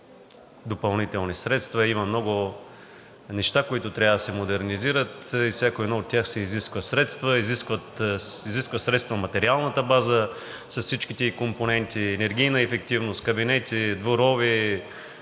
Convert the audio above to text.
допълнителни средства. Има много неща, които трябва да се модернизират, и за всяко едно от тях се изискват средства. Средства изисква материалната база с всичките ѝ компоненти, енергийна ефективност, кабинети, дворове,